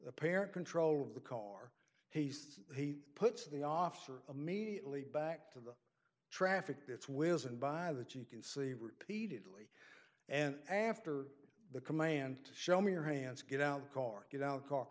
pair control of the car he says he puts the officer immediately back to the traffic that's whizzing by that you can see repeatedly and after the command to show me your hands get out the car